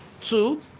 Two